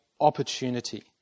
opportunity